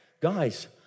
guys